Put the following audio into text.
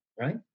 right